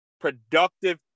productive